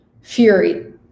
fury